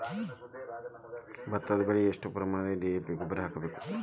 ಭತ್ತದ ಬೆಳಿಗೆ ಎಷ್ಟ ಪ್ರಮಾಣದಾಗ ಡಿ.ಎ.ಪಿ ಗೊಬ್ಬರ ಹಾಕ್ಬೇಕ?